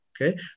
okay